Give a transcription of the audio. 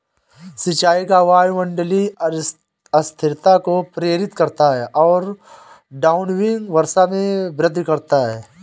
सिंचाई का वायुमंडलीय अस्थिरता को प्रेरित करता है और डाउनविंड वर्षा में वृद्धि करता है